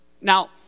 Now